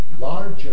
larger